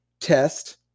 test